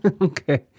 Okay